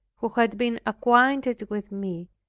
who had been acquainted with me,